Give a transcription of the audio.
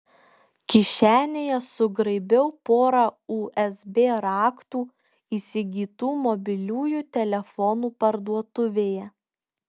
kišenėje sugraibiau porą usb raktų įsigytų mobiliųjų telefonų parduotuvėje